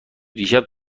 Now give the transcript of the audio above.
دیشب